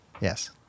Yes